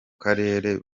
karere